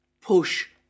push